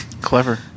Clever